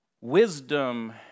Wisdom